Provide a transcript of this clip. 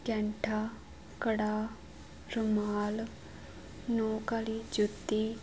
ਕੈਂਠਾ ਕੜਾ ਰੁਮਾਲ ਨੋਕ ਵਾਲੀ ਜੁੱਤੀ